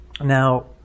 Now